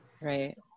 right